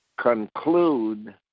conclude